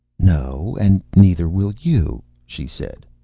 no, and neither will you, she said.